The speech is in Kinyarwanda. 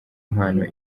mpano